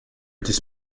this